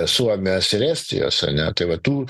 suomijos ir estijos ane tai va tų